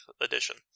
Edition